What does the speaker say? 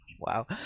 wow